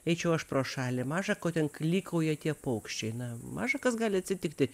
eičiau aš pro šalį maža ko ten klykauja tie paukščiai na maža kas gali atsitikti